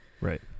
Right